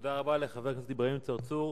תודה רבה לחבר הכנסת אברהים צרצור.